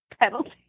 penalty